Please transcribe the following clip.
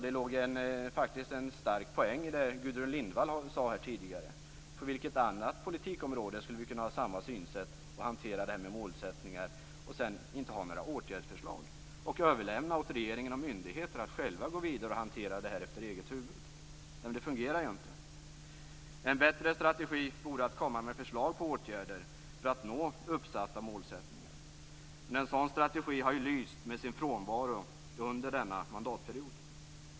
Det låg faktiskt en stor poäng i det som Gudrun Lindvall sade här tidigare, nämligen: På vilket annat politikområde skulle vi kunna ha samma synsätt och hantera målsättningar men sedan inte ha några åtgärdsförslag utan överlämna till regering och myndigheter att själva gå vidare och hantera detta efter eget huvud? Detta fungerar ju inte. En bättre strategi vore att lägga fram förslag till åtgärder för att uppnå uppsatta mål. Men en sådan strategi har ju lyst med sin frånvaro under denna mandatperiod.